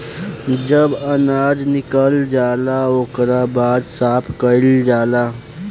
जब अनाज निकल जाला ओकरा बाद साफ़ कईल जाला